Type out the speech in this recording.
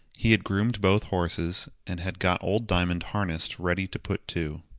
he had groomed both horses, and had got old diamond harnessed ready to put to.